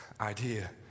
idea